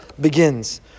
begins